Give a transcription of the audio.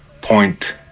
point